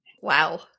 Wow